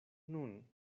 nun